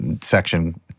section